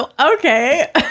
Okay